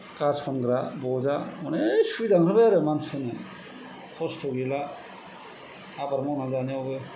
गारसनग्रा बजा अनेख सुबिदा ओंखारबाय आरो मानसिफोरनो खस्थ' गैला आबाद मावना जानायावबो